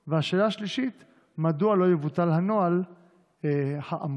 3. מדוע לא יבוטל הנוהל האמור?